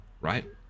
right